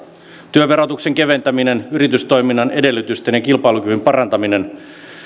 työn verotuksen keventäminen yritystoiminnan edellytysten ja kilpailukyvyn parantaminen